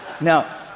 Now